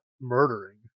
murdering